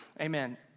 Amen